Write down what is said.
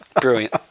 Brilliant